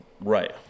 Right